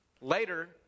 Later